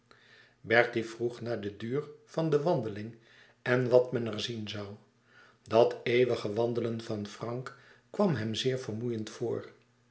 bertie vroeg naar den duur van de wandeling en wat men er zien zoû dat eeuwige wandelen van frank kwam hem zeer vermoeiend voor